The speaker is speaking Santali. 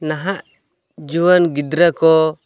ᱱᱟᱦᱟᱜ ᱡᱩᱣᱟᱹᱱ ᱜᱤᱫᱽᱨᱟᱹᱠᱚ